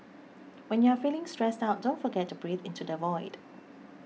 when you are feeling stressed out don't forget to breathe into the void